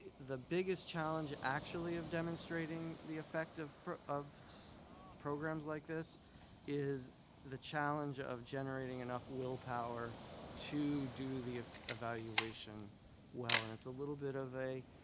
the biggest challenge actually of demonstrating the effect of of programs like this is the challenge of generating enough willpower to do the evaluation well, and it's a little bit of a.